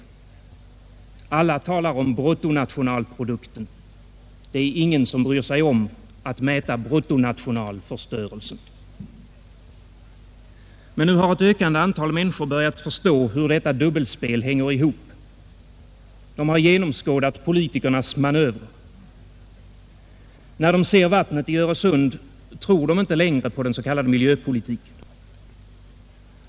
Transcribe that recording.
Alla talar om bruttonationalprodukten. Det är ingen som bryr sig om att mäta bruttonationalförstörelsen. Men nu har ett ökande antal människor börjat förstå hur detta dubbelspel hänger ihop. De har genomskådat politikernas manövrer. När de ser vattnet i Öresund tror de inte längre på den s.k. miljöpolitiken.